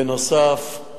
ונוסף על כך